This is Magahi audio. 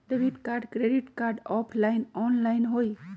Debit card credit card offline online होई?